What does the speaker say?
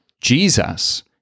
Jesus